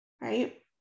Right